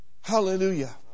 Hallelujah